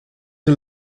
een